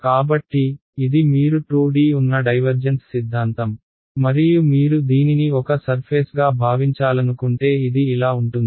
కాబట్టి ఇది మీరు 2D ఉన్న డైవర్జెన్స్ సిద్ధాంతం మరియు మీరు దీనిని ఒక సర్ఫేస్గా భావించాలనుకుంటే ఇది ఇలా ఉంటుంది